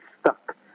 stuck